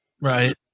Right